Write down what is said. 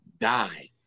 die